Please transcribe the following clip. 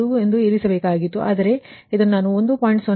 05 ತೆಗೆದುಕೊಂಡಿರಬೇಕಾಗಿತ್ತು ಆದರೆ ನಾನು ಇದನ್ನು 1